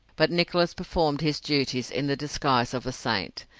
but nicholas performed his duties in the disguise of a saint.